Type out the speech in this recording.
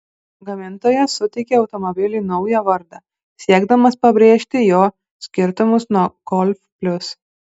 gamintojas suteikė automobiliui naują vardą siekdamas pabrėžti jo skirtumus nuo golf plius